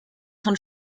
von